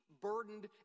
burdened